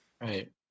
Right